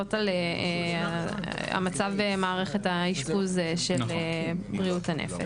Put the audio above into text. שמדברות על המצב במערכת האשפוז של בריאות הנפש.